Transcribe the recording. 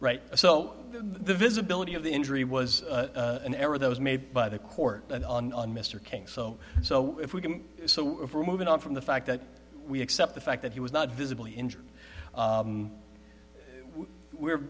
right so the visibility of the injury was an error that was made by the court and on mr king so so if we can so we're moving on from the fact that we accept the fact that he was not visibly injured we were